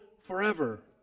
forever